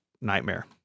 nightmare